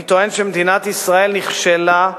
אני טוען שמדינת ישראל נכשלה,